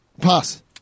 Pass